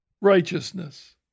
righteousness